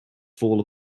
fall